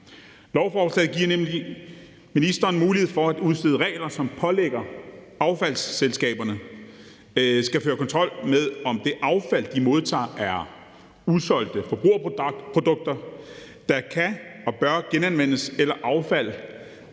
Lovforslaget giver nemlig ministeren mulighed for at udstede regler, som pålægger affaldsselskaberne at føre kontrol med, om det affald, de modtager, er usolgte forbrugerprodukter, der kan og bør genanvendes, eller affald,